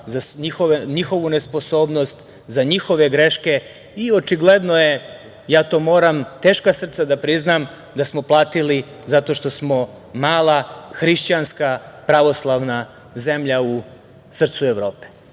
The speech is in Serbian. za njihovu nesposobnost, za njihove greške i očigledno je, ja to moram teška srca da priznam, da smo platili zato što smo mala hrišćanska pravoslavna zemlja u srcu Evrope.I